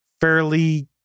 fairly